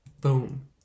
boom